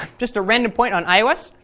just a random point on ios.